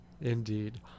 Indeed